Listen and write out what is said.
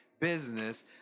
business